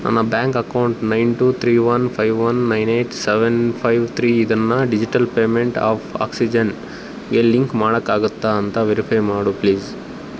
ನನ್ನ bank account nine two three one five one nine eight seven five three ಇದನ್ನು digital payment of ಆಕ್ಸಿಜೆನ್ಗೆ link ಮಾಡಕ್ಕಾಗತ್ತಾ ಅಂತ verify ಮಾಡು ಪ್ಲೀಸ್